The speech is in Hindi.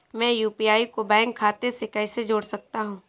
मैं यू.पी.आई को बैंक खाते से कैसे जोड़ सकता हूँ?